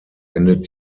endet